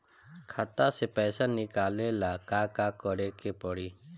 खाता से पैसा निकाले ला का का करे के पड़ी?